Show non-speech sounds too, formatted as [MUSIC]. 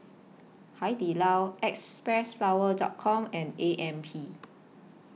Hai Di Lao Xpressflower [UNINTELLIGIBLE] Com and A M P